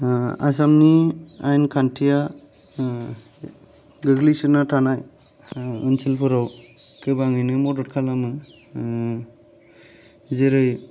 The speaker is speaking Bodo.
आसामनि आइन खान्थिया गोग्लैसोना थानाय ओनसोलफोराव गोबाङैनो मदद खालामो जैरै